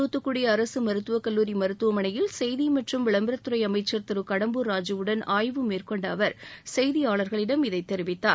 தூத்துக்குடி அரசு மருத்துவக் கல்லூரி மருத்துவமனையில் செய்தி மற்றும் விளம்பரத்துறை அமைச்சர் திரு கடம்பூர் ராஜூவுடன் ஆய்வு மேற்கொண்ட அவர் செய்தியாளர்களிடம் இதை தெரிவித்தார்